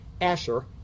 Asher